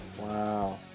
Wow